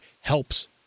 helps